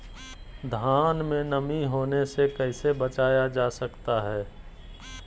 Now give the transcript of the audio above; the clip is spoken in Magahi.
धान में नमी होने से कैसे बचाया जा सकता है?